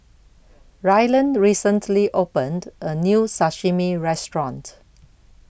Rylan recently opened A New Sashimi Restaurant